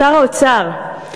שר האוצר,